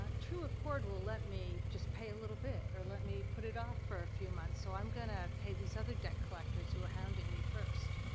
ah trueaccord will let me just pay a little bit or let me put it off for a few months, so i'm going to pay these other debt collectors who are hounding me first.